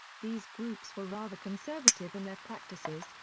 these groups were rather conservative in their practices,